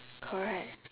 correct